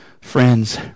friends